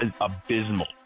abysmal